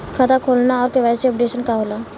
खाता खोलना और के.वाइ.सी अपडेशन का होला?